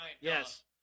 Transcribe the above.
Yes